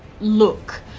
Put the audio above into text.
look